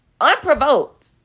Unprovoked